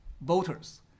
voters